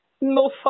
No